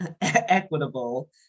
equitable